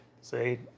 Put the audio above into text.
Say